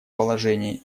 положении